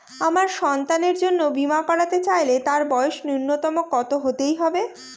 আমার সন্তানের জন্য বীমা করাতে চাইলে তার বয়স ন্যুনতম কত হতেই হবে?